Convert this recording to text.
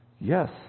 Yes